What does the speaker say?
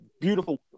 beautiful